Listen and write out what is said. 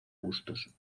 bustos